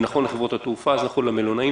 זה נכון לחברות התעופה, זה נכון למלונאים.